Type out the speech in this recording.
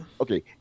okay